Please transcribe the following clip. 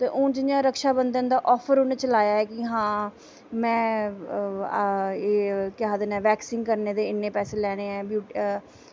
हून जि'यां रक्षा बंधन दा ऑफर उन्न चलाया कि हां में एह् केह् आखदे न बैक्सीन करने दे इन्ने पैसे लैने ऐ